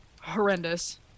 horrendous